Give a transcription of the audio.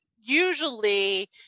usually